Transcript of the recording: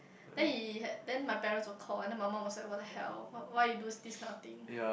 then he had then my parents were called and then my mum was like what the hell why why you do this this kind of thing